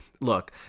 look